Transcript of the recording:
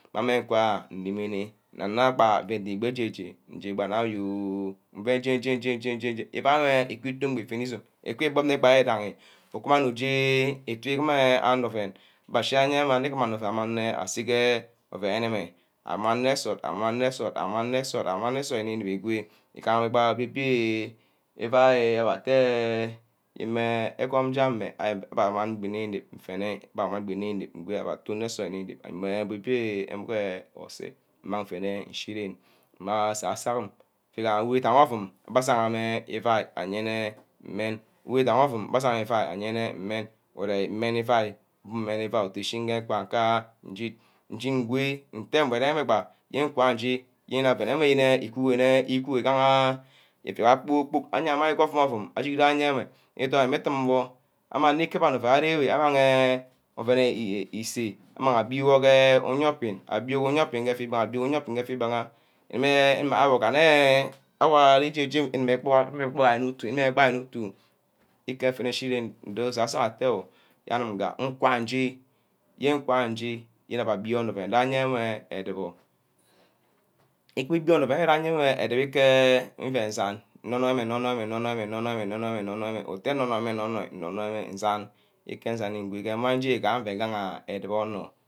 Mma agama efu fu ke iboneh zup mma enwe ari kpod amanga ashi ouen wor inep-inep, igaha nne ma ishi kun mma jeni jeni itu enwe agam ke ntam gha ishi atteh anim nneh asa sor hu nku diahe edubu usor diahe itu wareh ikibe iwan eyen kpor-kpork abbeh den atteh Uura yeneh auoh nna aku shiga iye ari because adim adim anor mma ku ken atteh nshini meh like nmeh ishiga ihen nua mang ugere anwe irem wor asunor itu tune ajere ayeah nga ana uai akee jaga ibon zup motor or ibon eh ebon inine, motor ireme ari kuna ke oyinna abbe akuna mmeh adim adim anor abonor nsort arem ouen onor abineh aguma ka-ke egwon ke eyio wor ameh, aguma kake egwon ke ouen wor ari rem gba kpor- kpork igaha nne onor nye ouen, ouen enwe ari bere, onor uye wor ouen awor kpe ke ouen onor anep ibi biri ohen gah nne ngo ke etu ah ire inep dene gba akaya ku aye gama euia kpa kpor-kpork ago ari eteme ge imia yio kareh ari ibiare ouen nni igaha aremma ouen enwe, ashineh oseh irem iuai kpor- kpork abbe afom mma but eremi afom mma, afu ikere nne nga fu shi ouen aka bina kpor- kpork attene ishine utu bre-bre iyio wor ke ntage aku ku go ojoi anor agwad ashi wor nufu shage nni pipi- ra- idong arear nne adot wor gba agam nwor nne aje usu-sor aka adot, ke ntack abbeh affe amang meh aje ususor, mmeh usu-sor aje enwe abbeh ifu igbi itat ke ntack ifu ika wor uchi mege asai aye onor idagi, ifu ikiba wor ushi meh owi dagi ayeh onor idangi